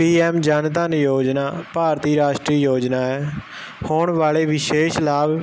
PM Jan Dhan ਯੋਜਨਾ ਭਾਰਤੀ ਰਾਸ਼ਟਰੀ ਯੋਜਨਾ ਹੈ ਹੋਣ ਵਾਲੇ ਵਿਸ਼ੇਸ਼ ਲਾਭ